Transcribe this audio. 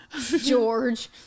George